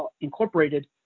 incorporated